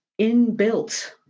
inbuilt